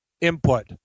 input